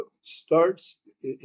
starts